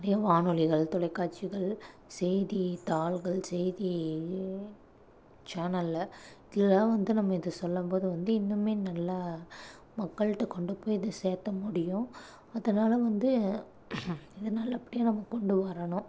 நிறைய வானொளிகள் தொலைக்காட்சிகள் செய்தித்தாள்கள் செய்தி சேனலில் இதெலலாம் வந்து சொல்லம்போது வந்து இன்னுமே நல்லா மக்கள்கிட்ட கொண்டுபோய் இதை சேர்த்த முடியும் அதனால் வந்து இதை நல்லபடியாக நாம் கொண்டுவரணும்